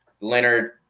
Leonard